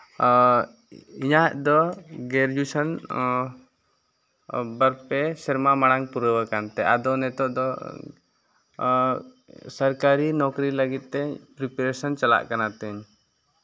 ᱤᱧᱟᱹᱜ ᱫᱚ ᱜᱨᱮᱡᱩᱭᱮᱥᱮᱱ ᱯᱮ ᱥᱮᱨᱢᱟ ᱢᱟᱲᱟᱝ ᱯᱩᱨᱟᱹᱣ ᱟᱠᱟᱱ ᱛᱟᱦᱮᱸᱫ ᱟᱫᱚ ᱱᱤᱛᱚᱜ ᱫᱚ ᱥᱚᱨᱠᱟᱨᱤ ᱱᱚᱠᱨᱤ ᱞᱟᱹᱜᱤᱫ ᱛᱮ ᱯᱨᱤᱯᱟᱨᱮᱥᱮᱱ ᱪᱟᱞᱟᱜ ᱠᱟᱱᱟ ᱛᱤᱧ